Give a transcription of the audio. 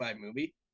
movie